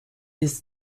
his